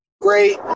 great